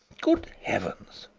good heavens!